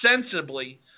sensibly